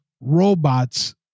robots